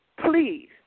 please